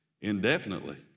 indefinitely